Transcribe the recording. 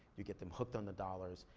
you get them hooked on the dollars,